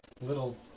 Little